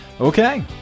Okay